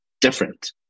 different